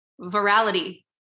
virality